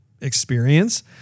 experience